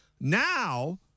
Now